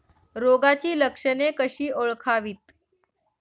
रोगाची लक्षणे कशी ओळखावीत?